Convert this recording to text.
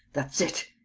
that's it,